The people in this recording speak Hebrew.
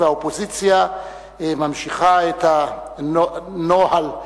והאופוזיציה ממשיכה את הנוהג,